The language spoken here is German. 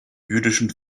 jüdischen